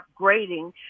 upgrading